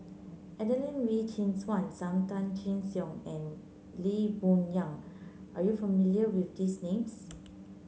Adelene Wee Chin Suan Sam Tan Chin Siong and Lee Boon Yang are you familiar with these names